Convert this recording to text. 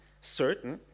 certain